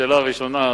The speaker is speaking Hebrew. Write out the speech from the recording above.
השאלה הראשונה,